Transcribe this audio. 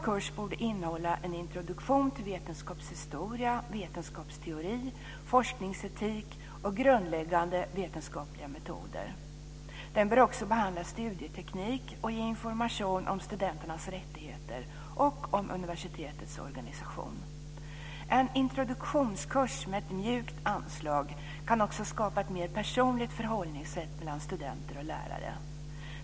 Kursen borde innehålla en introduktion till vetenskapshistoria, vetenskapsteori, forskningsetik och grundläggande vetenskapliga metoder. Den bör också behandla studieteknik och ge information om studenternas rättigheter och om universitetets organisation. En introduktionskurs med ett mjukt anslag kan också skapa ett mer personligt förhållningssätt mellan studenter och lärare.